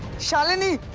shalini.